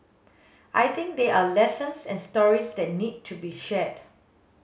I think there are lessons and stories that need to be shared